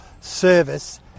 service